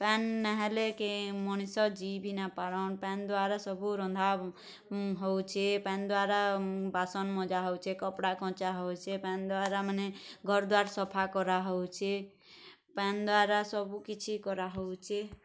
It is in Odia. ପାଏନ୍ ନାଇଁହେଲେ କେନ୍ ମଣିଷ ଜୀଇଁ ଭି ନାଇଁପାରନ୍ ପାଏନ୍ ଦ୍ୱାରା ସବୁ ରନ୍ଧା ହଉଛେ ପାଏନ୍ ଦ୍ୱାରା ବାସନ୍ ମଜା ହଉଛେ କପ୍ଡ଼ା କଞ୍ଚା ହଉଛେ ପାଏନ୍ ଦ୍ୱାରା ମାନେ ଘର୍ ଦ୍ୱାର ସଫା କରାହଉଛେ ପାଏନ୍ ଦ୍ୱାରା ସବୁ କିଛି କରାହଉଛେ